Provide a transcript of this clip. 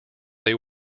they